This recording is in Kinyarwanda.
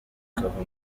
ikava